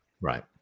Right